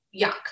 yuck